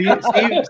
Steve